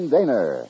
Daner